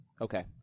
Okay